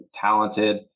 talented